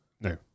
No